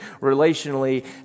relationally